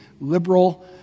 liberal